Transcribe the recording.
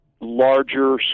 larger